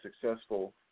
successful